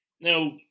Now